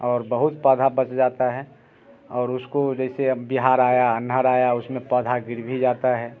और बहुत पौधा बच जाता है और उसको जैसे हम बिहार आया अंधड आया उसमें पौधा गिर भी जाता है